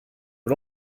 but